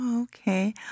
Okay